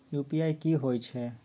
UPI की होय छै?